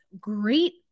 Great